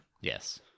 Yes